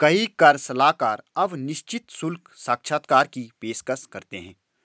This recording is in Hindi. कई कर सलाहकार अब निश्चित शुल्क साक्षात्कार की पेशकश करते हैं